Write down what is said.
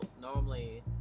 normally